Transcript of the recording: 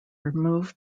remove